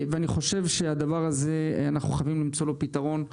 אני חושב שהדבר הזה, אנחנו חייבים למצוא לו פתרון.